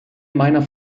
meiner